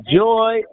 joy